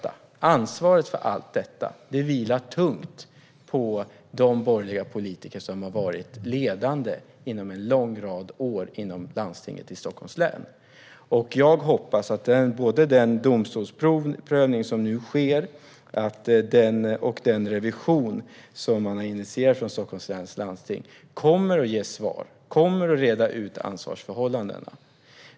Ansvaret för allt detta vilar tungt på de borgerliga politiker som har varit ledande under en lång rad av år i landstinget i Stockholms län. Jag hoppas att både den domstolsprövning som nu sker och den revision som man har initierat från Stockholms läns landsting kommer att ge svar och kommer att reda ut ansvarsförhållandena.